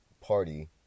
party